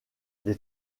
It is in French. les